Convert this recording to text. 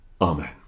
Amen